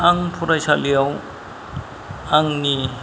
आं फरायसालियाव आंनि